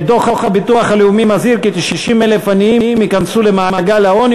דוח הביטוח הלאומי מזהיר כי כ-90,000 עניים ייכנסו למעגל העוני